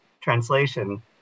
translation